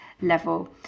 level